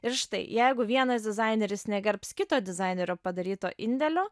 ir štai jeigu vienas dizaineris negerbs kito dizainerio padaryto indėlio